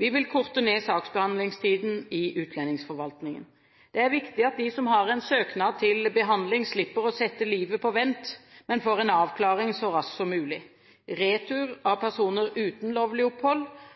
Vi vil korte ned saksbehandlingstiden i utlendingsforvaltningen. Det er viktig at de som har en søknad til behandling, slipper å sette livet på vent, men får en avklaring så raskt som mulig. Retur av personer uten lovlig opphold